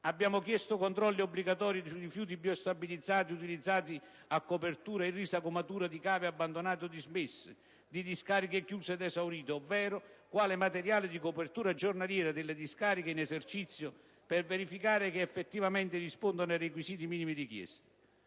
Abbiamo chiesto controlli obbligatori sui rifiuti biostabilizzati utilizzati a copertura e risagomatura di cave abbandonate o dismesse e di discariche chiuse ed esaurite, ovvero quale materiale di copertura giornaliero delle discariche in esercizio, per verificare se effettivamente rispondono ai requisiti minimi richiesti.